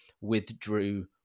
withdrew